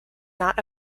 not